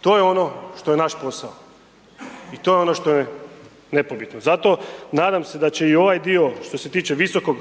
To je ono što je naš posao i to je ono što je nepobitno. Zato, nadam se da će i ovaj dio što se tiče visokog